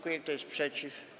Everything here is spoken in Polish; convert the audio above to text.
Kto jest przeciw?